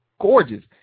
gorgeous